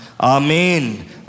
Amen